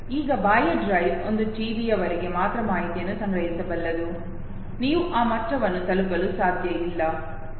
ಈಗ ಬಾಹ್ಯ ಡ್ರೈವ್ ಒಂದು ಟಿಬಿಯವರೆಗೆ ಮಾತ್ರ ಮಾಹಿತಿಯನ್ನು ಸಂಗ್ರಹಿಸಬಲ್ಲದು ನೀವು ಆ ಮಟ್ಟವನ್ನು ತಲುಪಲು ಸಾಧ್ಯ ಇಲ್ಲ